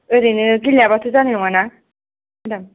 ओरैनो दिनै लाया बाथ' जानाय नङा ना मेदाम